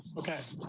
okay.